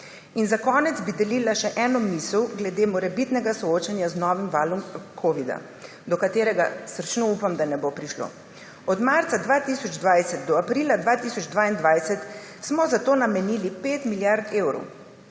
Za konec bi delila še eno misel glede morebitnega soočanja z novim valom covida, do katerega srčno upam, da ne bo prišlo. Od marca 2020 do aprila 2022 smo za to namenili 5 milijard evrov.